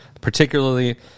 particularly